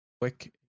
Quick